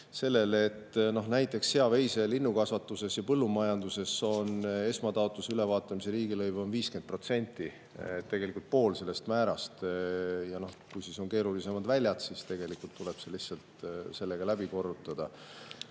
sellele, et sea‑, veise‑ ja linnukasvatuses ja põllumajanduses on esmataotluse ülevaatamise riigilõiv 50%, tegelikult pool sellest määrast, ja kui on keerulisemad väljad, siis tegelikult tuleb see lihtsalt